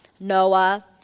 Noah